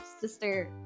sister